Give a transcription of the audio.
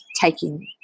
taking